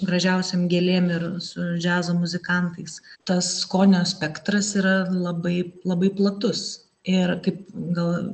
gražiausiom gėlėm ir su džiazo muzikantais tas skonio spektras yra labai labai platus ir kaip gal